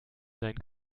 sein